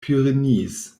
pyrenees